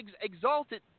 exalted